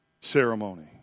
ceremony